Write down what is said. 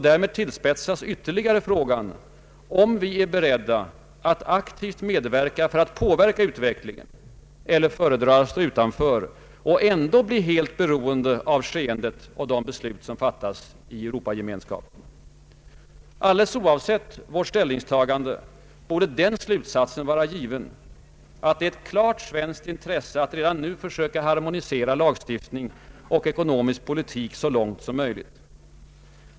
Därmed tillspetsas ytterligare frågan om vi är beredda att aktivt medverka och påverka utvecklingen eller föredrar att stå utanför och ändå bli helt beroende av skeendet och de beslut som fattas i Europagemenska pen. Alldeles oavsett vårt ställningstagande borde den slutsatsen vara given att det är ett klart svenskt intresse att redan nu söka harmonisera lagstiftning och ekonomisk-politiska åtgärder så långt som möjligt.